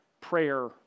prayer